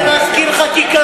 אני לא רוצה להזכיר לך כיכרות.